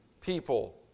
people